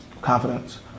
Confidence